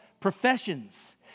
professions